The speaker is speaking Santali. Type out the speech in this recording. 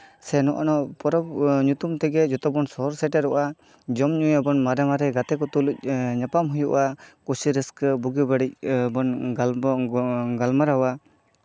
ᱥᱮ ᱱᱚᱜᱼᱚ ᱱᱚᱣᱟ ᱯᱚᱨᱚᱵᱽ ᱧᱩᱛᱩᱢ ᱛᱮᱜᱮ ᱡᱚᱛᱚ ᱵᱚᱱ ᱥᱚᱦᱚᱨ ᱥᱮᱴᱮᱨᱚᱜᱼᱟ ᱡᱚᱢᱼᱧᱩ ᱭᱟᱵᱚᱱ ᱢᱟᱨᱮ ᱢᱟᱨᱮ ᱜᱟᱛᱮ ᱠᱚ ᱛᱩᱞᱩᱪ ᱧᱟᱯᱟᱢ ᱦᱩᱭᱩᱜᱼᱟ ᱠᱩᱥᱤ ᱨᱟᱹᱥᱠᱟᱹ ᱵᱩᱜᱤᱼᱵᱟᱹᱲᱤᱡ ᱵᱚᱱ ᱜᱟᱞᱢᱟᱨᱟᱣᱟ